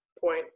point